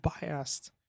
biased